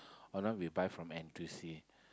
or not we buy from N_T_U_C